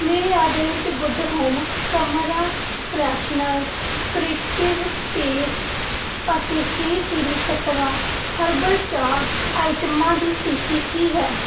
ਮੇਰੇ ਆਰਡਰ ਵਿੱਚ good home ਕਮਰਾ ਫਰੈਸ਼ਨਰ ਕਰੀਟਿਵ ਸਪੇਸ ਅਤੇ ਸ਼੍ਰੀ ਸ਼੍ਰੀ ਤੱਤਵਾ ਹਰਬਲ ਚਾਹ ਆਈਟਮਾਂ ਦੀ ਸਥਿਤੀ ਕੀ ਹੈ